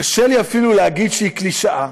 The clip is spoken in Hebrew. קשה לי אפילו להגיד שהיא קלישאה,